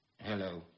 Hello